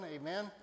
amen